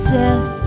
death